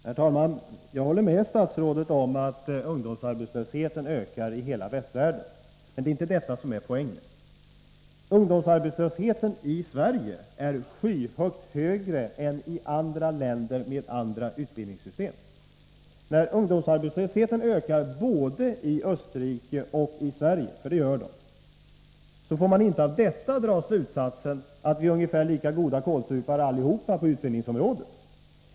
Herr talman! Jag håller med statsrådet om att ungdomsarbetslösheten ökar i hela västvärlden, men det är inte detta som är poängen. Ungdomsarbetslösheten i Sverige är skyhögt högre än i andra länder med andra utbildningssystem. När ungdomsarbetslösheten ökar både i Österrike och i Sverige, för det gör den, får man inte av detta dra slutsatsen att vi alla är ungefär lika goda kålsupare på utbildningsområdet.